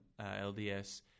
LDS